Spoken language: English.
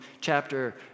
chapter